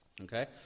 okay